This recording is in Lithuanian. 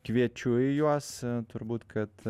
kviečiu į juos turbūt kad